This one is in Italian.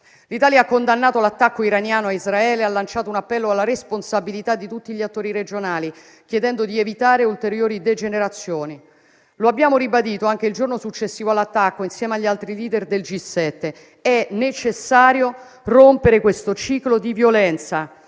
L'Italia ha condannato l'attacco iraniano a Israele ed ha lanciato un appello alla responsabilità di tutti gli attori regionali, chiedendo di evitare ulteriori degenerazioni. Lo abbiamo ribadito anche il giorno successivo all'attacco, insieme agli altri *leader* del G7. È necessario rompere questo ciclo di violenza